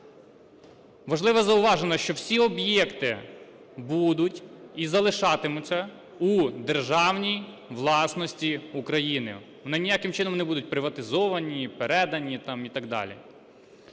Важливе зауваження, що всі об'єкти будуть і залишатимуться у державній власності України. Вони ніяким чином не будуть приватизовані, передані там і так далі.